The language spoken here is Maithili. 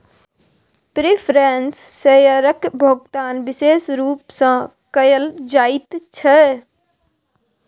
प्रिफरेंस शेयरक भोकतान बिशेष रुप सँ कयल जाइत छै